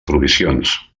provisions